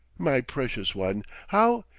my precious one! how?